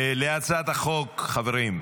להצעת החוק, חברים,